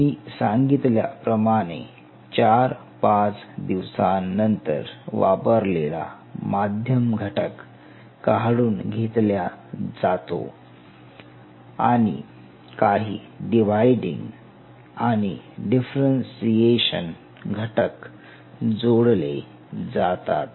मी सांगितल्याप्रमाणे 4 5 दिवसानंतर वापरलेला माध्यम घटक काढून घेतल्या जातो आणि काही डिवायडींग आणि डिफरेन्ससीएशन घटक जोडले जातात